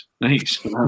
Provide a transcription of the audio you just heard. Nice